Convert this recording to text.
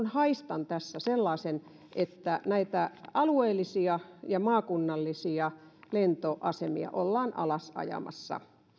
haistan tässä sellaisen että näitä alueellisia ja maakunnallisia lentoasemia ollaan alasajamassa